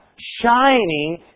shining